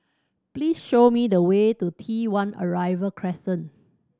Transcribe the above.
please show me the way to T One Arrival Crescent